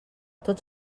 tots